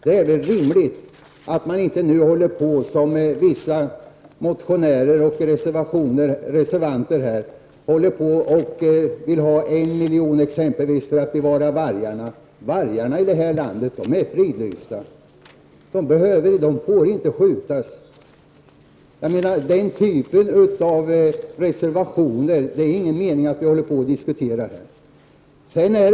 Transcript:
Det är väl rimligt att man inte nu föreslår, vilket vissa motionärer och reservanter gör, att exempelvis 1 milj.kr. avsätts för att bevara vargarna. Vargarna i Sverige är fridlysta. De får inte skjutas. Den typen av reservationer är det ingen mening att vi diskuterar.